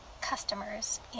customers